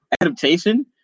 adaptation